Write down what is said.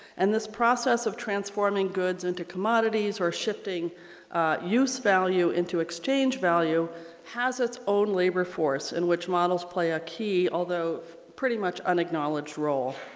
and this process of transforming goods into commodities or shifting use value into exchange value has its own labor force in which models play a key, although pretty much unacknowledged, role.